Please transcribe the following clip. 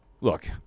look